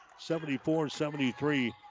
74-73